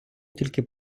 тільки